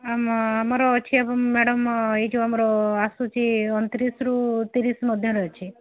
ଆମ ଆମର ଅଛି ଆ ମ୍ୟାଡମ୍ ଏଇ ଯୋଉ ଆମର ଆସୁଛି ଅଣତିରିଶରୁ ତିରିଶ ମଧ୍ୟରେ ଅଛି